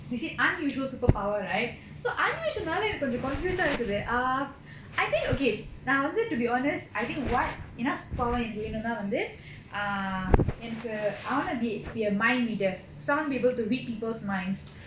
they said unusual superpower right so unusual lah எனக்கு கொஞ்சம்:enakku konjam confuse ah இருக்குது:irukkudhu err I think okay நா வந்து:na vandhu to be honest I think what என்ன:enna superpower எனக்கு வேணுன்னா வந்து:enakku venunnaa vandhu err எனக்கு:enakku I want to be be a mind reader summon people to read people's minds